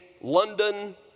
London